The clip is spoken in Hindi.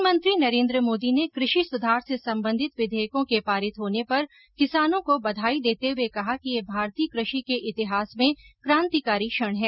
प्रधानमंत्री नरेन्द्र मोदी ने कृषि सूचार से सम्बन्धित विधेयकों के पारित होने पर किसानों को बधाई देते हुए कहा कि यह भारतीय कृषि के इतिहास में क्रांतिकारी क्षण है